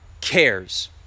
cares